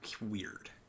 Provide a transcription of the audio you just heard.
weird